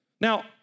Now